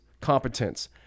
competence